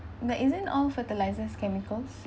but isn't all fertilizers chemicals